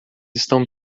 estão